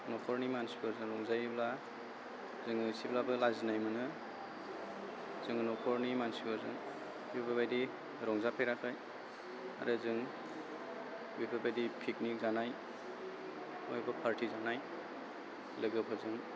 न'खरनि मानसिफोरजों रंजायोब्ला जों एसेब्लाबो लाजिनाय मोनो जों न'खरनि मानसिफोरजों बेफोरबायदि रंजाफेराखै आरो जों बेफोरबायदि पिकनिक जानाय बा एबा पारटि जानाय लोगोफोरजों